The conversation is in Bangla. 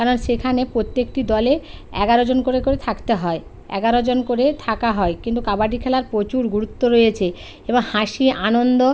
কারণ সেখানে প্রত্যেকটি দলে এগারোজন করে করে থাকতে হয় এগারোজন করে থাকা হয় কিন্তু কাবাডি খেলার প্রচুর গুরুত্ব রয়েছে এবার হাসি আনন্দ